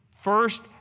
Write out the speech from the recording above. first